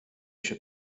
się